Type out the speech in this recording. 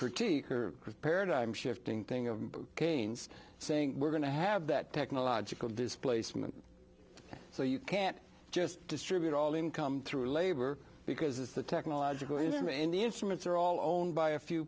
critique or is paradigm shifting thing of keynes saying we're going to have that technological displacement so you can't just distribute all income through labor because it's the technological reason in the instruments are all owned by a few